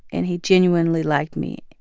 and he genuinely liked me.